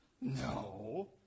no